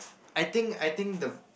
I think I think the